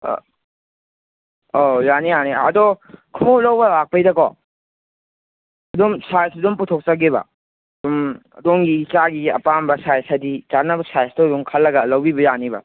ꯑꯣ ꯌꯥꯅꯤ ꯌꯥꯅꯤ ꯑꯗꯣ ꯈꯣꯡꯎꯞ ꯂꯧꯕ ꯂꯥꯛꯄꯩꯗꯀꯣ ꯑꯗꯨꯝ ꯁꯥꯏꯁꯇꯨ ꯑꯗꯨꯝ ꯄꯨꯊꯣꯛꯆꯒꯦꯕ ꯑꯗꯨꯝ ꯑꯗꯣꯝꯒꯤ ꯏꯆꯥꯒꯤ ꯑꯄꯥꯝꯕ ꯁꯥꯏꯁ ꯍꯥꯏꯗꯤ ꯆꯥꯅꯕ ꯁꯥꯏꯁꯇꯨ ꯑꯗꯨꯝ ꯈꯜꯂꯒ ꯂꯧꯕꯤꯕ ꯌꯥꯅꯦꯕ